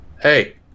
Hey